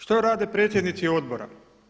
Što rade predsjednici odbora?